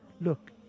Look